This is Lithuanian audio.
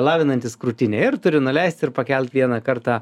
lavinantis krūtinę ir turi nuleist ir pakelt vieną kartą